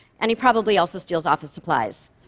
and he probably also steals office supplies.